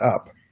up